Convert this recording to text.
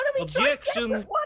Objection